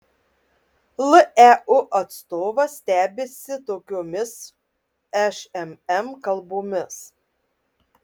leu atstovas stebisi tokiomis šmm kalbomis